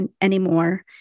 anymore